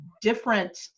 different